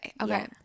Okay